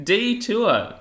Detour